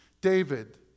David